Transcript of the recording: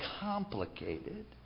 complicated